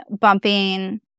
bumping